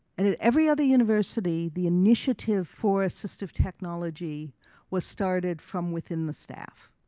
and at every other university the initiative for assistive technology was started from within the staff.